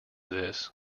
this